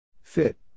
fit